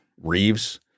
Reeves